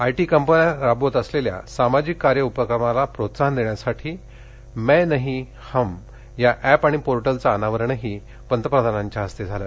IT कंपन्या राबवत असलेल्या सामाजिक कार्य उपक्रमाला प्रोत्साहन देण्यासाठी में नही हम या ऍप आणि पोर्टलचं अनावरणही पंतप्रधानांच्या हस्ते झालं